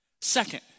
Second